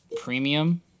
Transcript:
premium